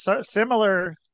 similar